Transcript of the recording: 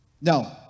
No